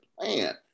plan